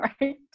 Right